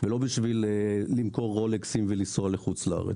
ולא בשביל למכור רולקסים ולנסוע לחוץ לארץ.